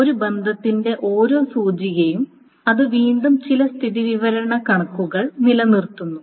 ഒരു ബന്ധത്തിന്റെ ഓരോ സൂചിക I നും അത് വീണ്ടും ചില സ്ഥിതിവിവരക്കണക്കുകൾ നിലനിർത്തുന്നു